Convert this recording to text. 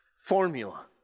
formula